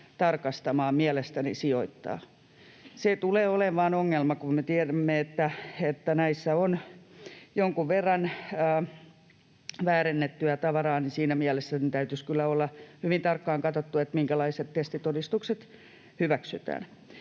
tarkastamaan mielestäni sijoittaa. Se tulee olemaan ongelma, kun me tiedämme, että näissä on jonkun verran väärennettyä tavaraa, ja siinä mielessä täytyisi kyllä olla hyvin tarkkaan katsottu, minkälaiset testitodistukset hyväksytään.